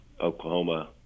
Oklahoma